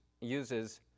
uses